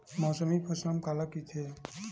मौसमी फसल काला कइथे?